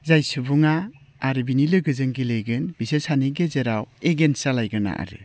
जाय सुबुङा आरो बिनि लोगोजों गेलेगोन बिसोर सानैनि गेजेराव एगेन्स्त जालायगोन आरो